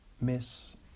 Miss